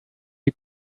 you